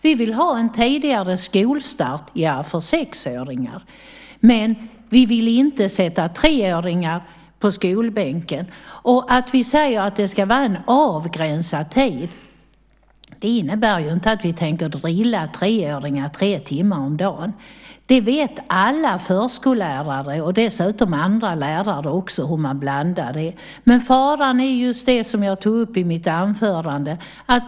Vi vill ha en tidigare skolstart för sexåringar. Men vi vill inte sätta treåringar på skolbänken. Att vi säger att det ska vara en avgränsad tid innebär inte att vi tänker drilla treåringar tre timmar om dagen. Alla förskollärare och dessutom lärare vet hur man blandar det. Faran är just det som jag tog upp i mitt anförande.